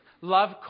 Love